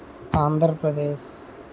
Andhra Pradesh